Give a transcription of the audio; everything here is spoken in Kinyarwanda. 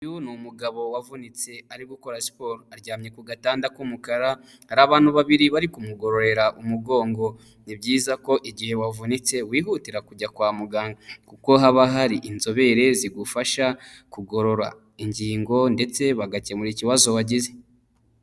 Uyu ni umugabo wavunitse ari gukora siporo aryamye ku gatanda k'umukara hari abantu babiri bari kumugororera umugongo ni byiza ko igihe wavunitse wihutira kujya kwa muganga kuko haba hari inzobere zigufasha kugorora ingingo ndetse bagakemura ikibazo wagize.